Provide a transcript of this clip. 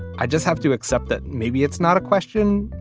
i just have to accept that maybe it's not a question.